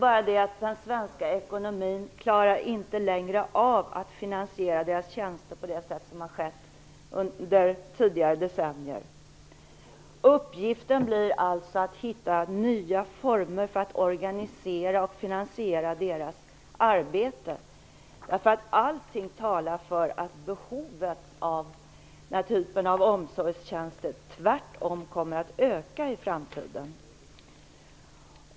Men den svenska ekonomin klarar inte längre av att finansiera deras tjänster på det sätt som har skett under tidigare decennier. Uppgiften blir alltså att hitta nya former för att organisera och finansiera deras arbete. Allt talar för att behovet av den här typen av omsorgstjänster kommer att öka i framtiden.